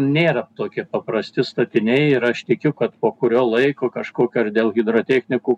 nėra tokie paprasti statiniai ir aš tikiu kad po kurio laiko kažkokių ar dėl hidrotechnikų